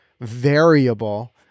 variable